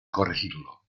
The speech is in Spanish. corregirlo